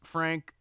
Frank